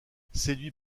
séduit